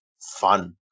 fun